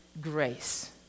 grace